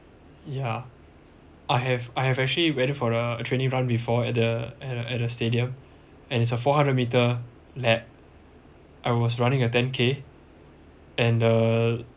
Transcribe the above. yeah I have I have actually ran for a training run before or at the at the at the stadium and it's a four hundred meter lap I was running a ten K and the